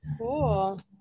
cool